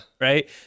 Right